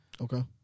Okay